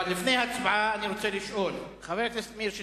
לפני ההצבעה אני רוצה לשאול: חבר הכנסת מאיר שטרית,